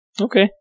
Okay